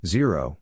Zero